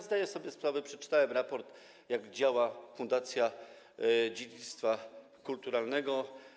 Zdaję sobie sprawę, przeczytałem raport, jak działa Fundacja Dziedzictwa Kulturowego.